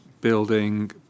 building